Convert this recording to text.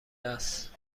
است